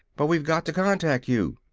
but we've got to contact you!